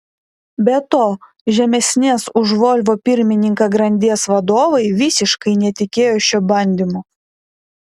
be to žemesnės už volvo pirmininką grandies vadovai visiškai netikėjo šiuo bandymu